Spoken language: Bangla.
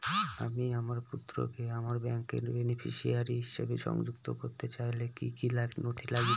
আমি আমার পুত্রকে আমার ব্যাংকের বেনিফিসিয়ারি হিসেবে সংযুক্ত করতে চাইলে কি কী নথি লাগবে?